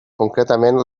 concretament